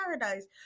paradise